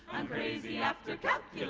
i'm crazy after